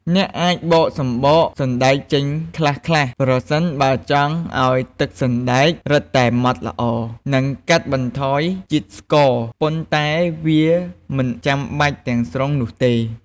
អ្នកអាចបកសម្បកសណ្តែកចេញខ្លះៗ ប្រសិនបើចង់ឱ្យទឹកសណ្ដែករឹតតែម៉ដ្ឋល្អ និងកាត់បន្ថយជាតិស្ករ ប៉ុន្តែវាមិនចាំបាច់ទាំងស្រុងនោះទេ។